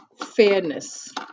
fairness